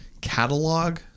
catalog